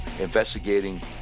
Investigating